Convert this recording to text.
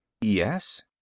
Yes